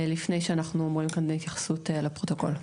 לפני שאנחנו אומרים כאן להתייחסות לפרוטוקול.